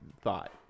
thought